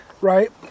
right